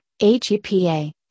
HEPA